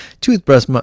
toothbrush